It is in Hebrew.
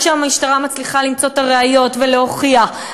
עד שהמשטרה מצליחה למצוא את הראיות ולהוכיח,